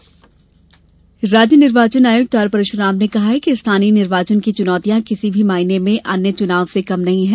चुनाव कार्यशाला राज्य निर्वाचन आयुक्त आर परशुराम ने कहा है कि स्थानीय निर्वाचन की चुनौतियां किसी भी मायने में अन्य चुनाव से कम नहीं हैं